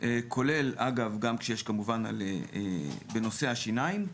כולל גם כשיש כמובן בנושא השיניים.